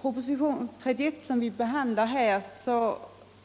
Propositionen 31, som vi behandlar här,